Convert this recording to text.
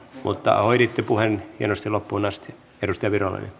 mutta hoiditte puheen hienosti loppuun asti